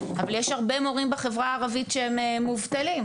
אבל יש הרבה מורים בחברה הערבית שהם מובטלים.